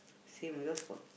same yours got